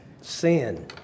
Sin